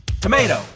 Tomato